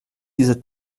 dieser